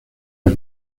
del